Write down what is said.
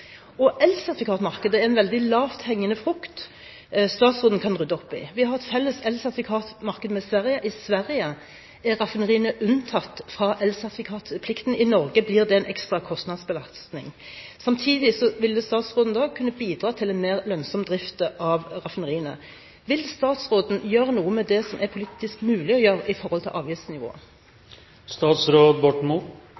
Elsertifikatmarkedet er en veldig lavthengende frukt statsråden kan rydde opp i. Vi har et felles elsertifikatmarked med Sverige. I Sverige er raffineriene unntatt fra elsertifikatplikten, men i Norge blir det en ekstra kostnadsbelastning. Samtidig ville statsråden da kunne bidra til en mer lønnsom drift av raffineriene. Vil statsråden gjøre noe med det som er politisk mulig å gjøre, i forhold